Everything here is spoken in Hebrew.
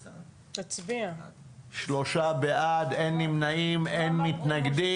3. אין נמנעים ואין מתנגדים.